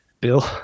Bill